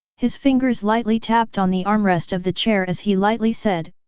his fingers lightly tapped on the armrest of the chair as he lightly said,